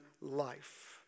life